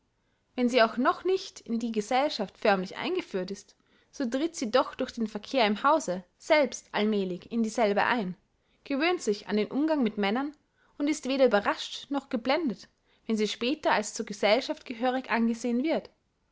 wenn sie auch noch nicht in die gesellschaft förmlich eingeführt ist so tritt sie doch durch den verkehr im hause selbst allmälig in dieselbe ein gewöhnt sich an den umgang mit männern und ist weder überrascht noch geblendet wenn sie später als zur gesellschaft gehörig angesehen wird